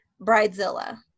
bridezilla